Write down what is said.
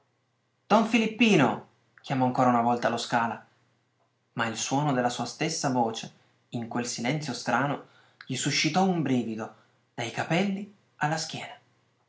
don filippino chiamò ancora una volta lo scala ma il suono della sua stessa voce in quel silenzio strano gli suscitò un brivido dai capelli alla schiena